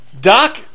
Doc